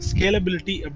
Scalability